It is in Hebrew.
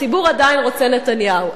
הציבור עדיין רוצה נתניהו.